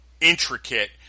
intricate